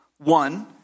One